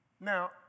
Now